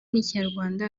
n’ikinyarwanda